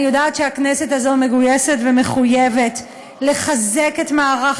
אני יודעת שהכנסת הזו מגויסת ומחויבת לחזק את מערך